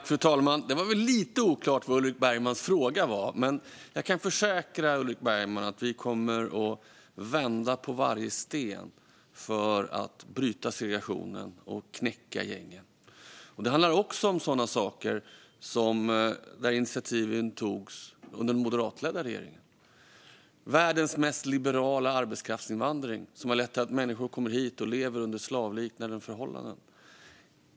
Fru talman! Det är väl lite oklart vad Ulrik Bergmans fråga var, men jag kan försäkra Ulrik Bergman om att vi kommer att vända på varje sten för att bryta segregationen och knäcka gängen. Det handlar även om sådant som det togs initiativ till under den moderatledda regeringen. Det togs initiativ till världens mest liberala arbetskraftsinvandring, som har lett till att människor kommer hit och lever under slavliknande förhållanden.